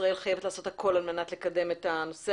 ישראל חייבת לעשות הכול כדי לקדם את הנושא